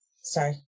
Sorry